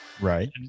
right